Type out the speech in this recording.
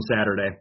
Saturday